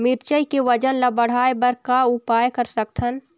मिरचई के वजन ला बढ़ाएं बर का उपाय कर सकथन?